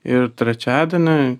ir trečiadienį